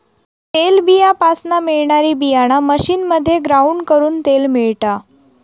तेलबीयापासना मिळणारी बीयाणा मशीनमध्ये ग्राउंड करून तेल मिळता